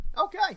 Okay